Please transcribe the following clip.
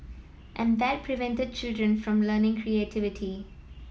and that prevented children from learning creativity